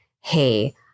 hey